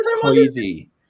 crazy